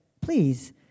Please